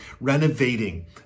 renovating